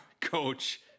coach